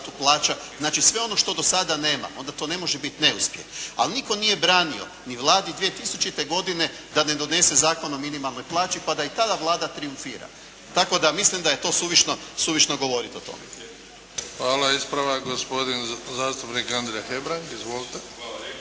Hvala. Ispravak gospodin zastupnik Andrija Hebrang. Izvolite.